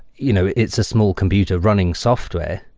you know it's a small computer running software,